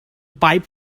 pipe